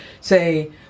say